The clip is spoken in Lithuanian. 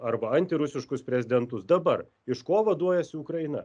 arba antirusiškus prezidentus dabar iš ko vaduojas ukraina